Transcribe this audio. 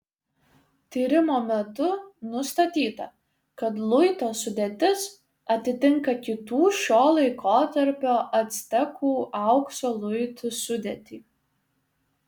tyrimo metu nustatyta kad luito sudėtis atitinka kitų šio laikotarpio actekų aukso luitų sudėtį